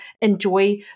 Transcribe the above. enjoy